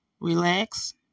Relax